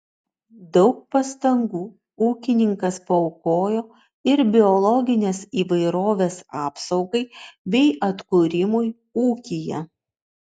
daug pastangų ūkininkas paaukojo ir biologinės įvairovės apsaugai bei atkūrimui ūkyje